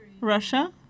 Russia